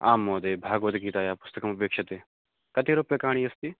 आं महोदय भगवद्गीतायाः पुस्तकमपेक्ष्यते कति रूप्यकाणि अस्ति